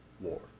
war